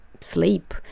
sleep